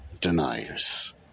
deniers